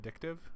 addictive